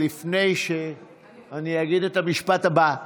הצעת חוק התחרות הכלכלית (איסור פגיעה ביבוא מקביל או ביבוא אישי)